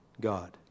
God